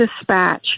dispatch